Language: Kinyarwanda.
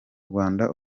rwanda